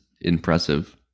impressive